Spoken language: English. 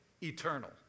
eternal